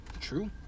true